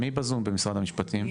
מי בזום במשרד המשפטים?